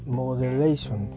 modulation